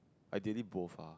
ideally both ah